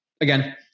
again